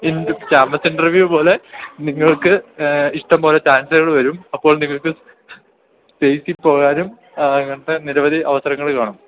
in campus interview പോലെ നിങ്ങൾക്ക് ഇഷ്ടംപോലെ ചാൻസുകൾ വരും അപ്പോൾ നിങ്ങൾക്ക് സ്റ്റേറ്റ്സിൽ പോവാനും അങ്ങനത്തെ നിരവധി അവസരങ്ങൾ കാണും